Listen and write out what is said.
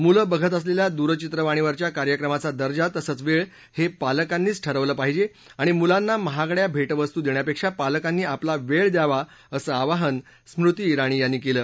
मुलं बघत असलेल्या दूरचित्रवाणीवरच्या कार्यक्रमाचा दर्जा तसंच वेळ हे पालकांनीच ठरवलं पाहिजे आणि मुलांना महागड्या भेटवस्तू देण्यापेक्षा पालकांनी आपला वेळ द्यावा असं आवाहन स्मृती तिणी यांनी केलं